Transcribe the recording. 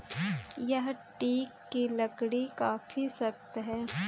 यह टीक की लकड़ी काफी सख्त है